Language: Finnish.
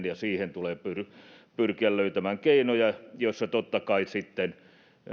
ja siihen tulee pyrkiä pyrkiä löytämään keinoja joissa totta kai sitten